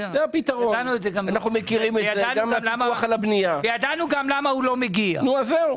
ידענו גם למה הוא לא מגיע.